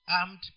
armed